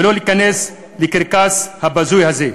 ולא להיכנס לקרקס הבזוי הזה.